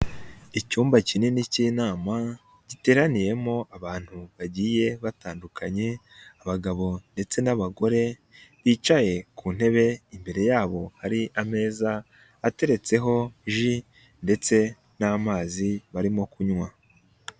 Icyumba kinini k'inama giteraniyemo abantu bagiye batandukanye abagabo ndetse n'abagore bicaye ku ntebe, imbere yabo hari ameza ateretseho ji ndetse n'amazi barimo kunywa.